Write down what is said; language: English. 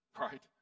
Right